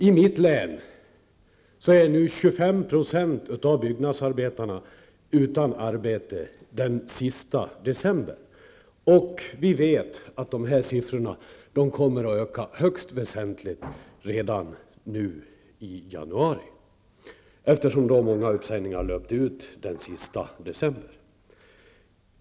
I mitt hemlän var den sista december 25 % av byggnadsarbetarna utan arbete, och vi vet att dessa siffror kommer att öka högst väsentligt redan nu i januari, eftersom många uppsägningstider löpt ut den sista december.